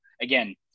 again